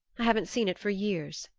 i haven't seen it for years.